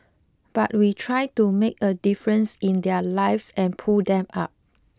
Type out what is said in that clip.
but we try to make a difference in their lives and pull them up